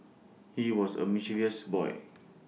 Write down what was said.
he was A mischievous boy